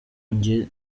njye